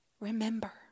remember